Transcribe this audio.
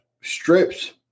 strips